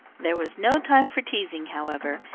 there was no time for teasing, however,